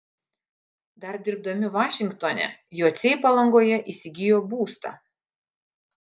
dar dirbdami vašingtone jociai palangoje įsigijo būstą